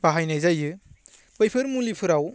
बाहायनाय जायो बैफोर मुलिफोराव